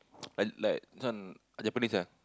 I like this one Japanese eh